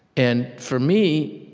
and for me,